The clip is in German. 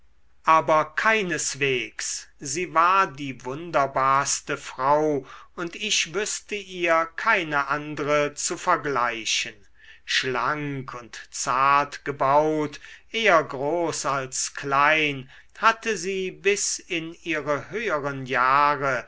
aber keineswegs sie war die wunderbarste frau und ich wüßte ihr keine andre zu vergleichen schlank und zart gebaut eher groß als klein hatte sie bis in ihre höheren jahre